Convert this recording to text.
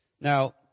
Now